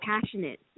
passionate